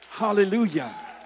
Hallelujah